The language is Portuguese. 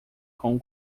com